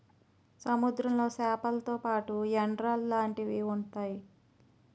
సముద్రంలో సేపలతో పాటు ఎండ్రలు లాంటివి ఉంతాయి